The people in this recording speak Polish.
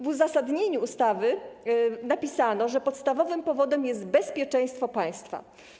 W uzasadnieniu ustawy napisano, że podstawowym powodem jest bezpieczeństwo państwa.